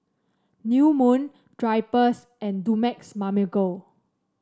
New Moon Drypers and Dumex Mamil Gold